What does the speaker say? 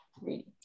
reading